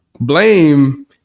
Blame